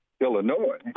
Illinois